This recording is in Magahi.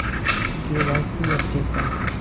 KYC updation?